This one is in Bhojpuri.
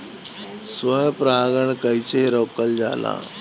स्व परागण कइसे रोकल जाला?